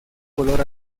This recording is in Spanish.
color